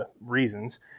reasons